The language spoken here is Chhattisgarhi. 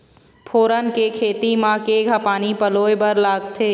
फोरन के खेती म केघा पानी पलोए बर लागथे?